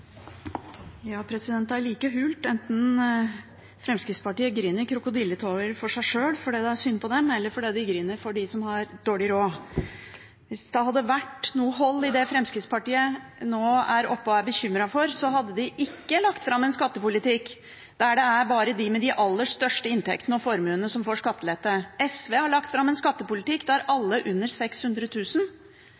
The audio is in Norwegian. synd på dem, eller de griner for dem som har dårlig råd. Hvis det hadde vært noe hold i det Fremskrittspartiet nå er bekymret for, hadde de ikke lagt fram en skattepolitikk der det bare er de med de aller største inntektene og formuene som får skattelette. SV har lagt fram en skattepolitikk der alle med inntekt under